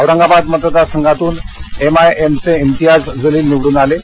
औरंगाबाद मतदारसंघातून एमआयएम चे इम्तियाज जलील निवडून आले आहेत